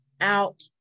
out